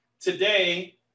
today